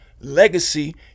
legacy